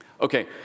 Okay